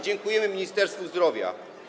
Dziękujemy Ministerstwu Zdrowia.